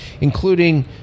including